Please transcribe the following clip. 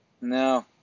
No